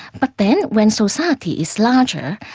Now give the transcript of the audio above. but then, when society is larger,